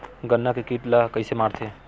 गन्ना के कीट ला कइसे मारथे?